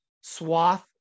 swath